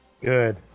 Good